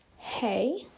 hey